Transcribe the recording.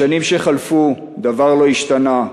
בשנים שחלפו דבר לא השתנה.